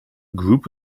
group